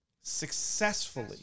successfully